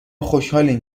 خوشحالیم